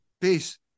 Peace